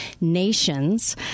Nations